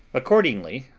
accordingly,